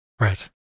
right